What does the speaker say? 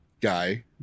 guy